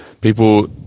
people